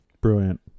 Brilliant